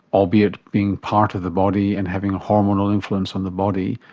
albeit being part of the body and having a hormonal influence on the body,